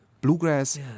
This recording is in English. Bluegrass